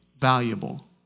valuable